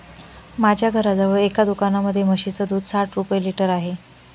माझ्या घराजवळ एका दुकानामध्ये म्हशीचं दूध साठ रुपये लिटर आहे